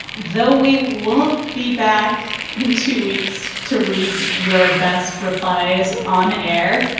though we won't be back in two weeks to read your best replies on air.